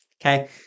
okay